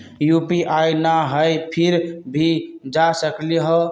UPI न हई फिर भी जा सकलई ह?